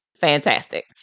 fantastic